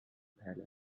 palace